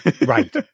Right